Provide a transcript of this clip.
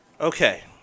Okay